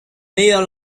meilleur